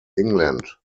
england